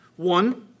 One